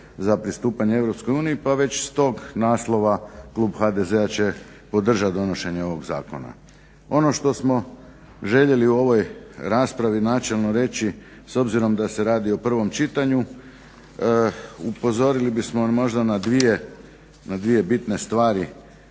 za pristupanje EU pa već stog naslova klub HDZ-a će podržati donošenje ovoga zakona. Ono što smo željeli u ovoj raspravi načelno reći, s obzirom da se radi o prvom čitanju upozorili bismo možda na dvije bitne stvari